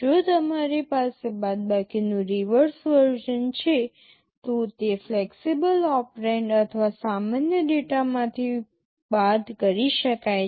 જો તમારી પાસે બાદબાકીનું રિવર્સ વર્ઝન છે તો તે ફ્લેક્સિબલ ઓપરેન્ડ અથવા સામાન્ય ડેટામાંથી બાદ કરી શકાય છે